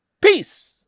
peace